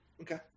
Okay